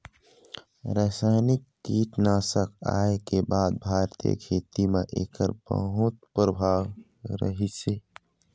रासायनिक कीटनाशक आए के बाद भारतीय खेती म एकर बहुत प्रभाव रहीसे